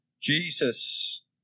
Jesus